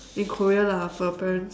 in Korea lah for your parents